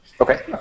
Okay